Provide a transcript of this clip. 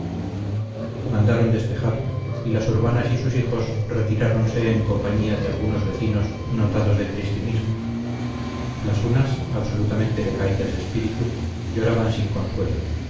mandaron despejar y las urbanas y sus hijos retiráronse en compañía de algunos vecinos notados de cristinismo las unas absolutamente decaídas de espíritu lloraban sin consuelo